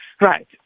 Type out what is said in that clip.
Right